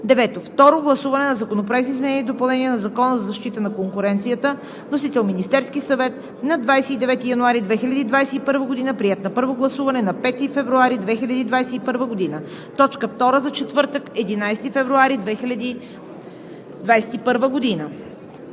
г. 9. Второ гласуване на Законопроекта за изменение и допълнение на Закона за защита на конкуренцията. Вносител – Министерският съвет на 29 януари 2021 г. Приет е на първо гласуване на 5 февруари 2021 г. – точка втора за четвъртък, 11 февруари 2021 г.